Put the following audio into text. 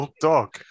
dog